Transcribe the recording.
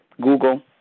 Google